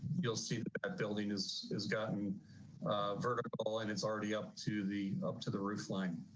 you'll see that building is has gotten vertical and it's already up to the up to the roof line.